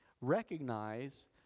recognize